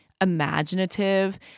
imaginative